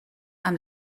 amb